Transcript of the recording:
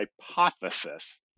hypothesis